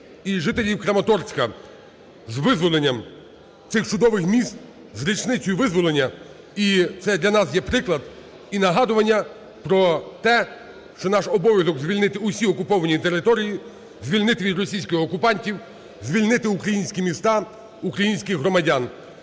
і жителів Краматорська з визволенням цих чудових міст, з річницею визволення, і це для нас є приклад і нагадування про те, що наш обов'язок звільнити усі окуповані території, звільнити від російських окупантів звільнити українські міста, українських громадян.